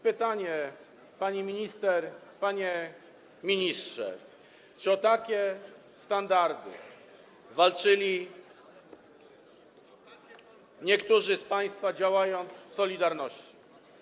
Pytanie, pani minister, panie ministrze, czy o takie standardy walczyli niektórzy z państwa, działając w „Solidarności”